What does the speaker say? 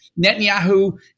Netanyahu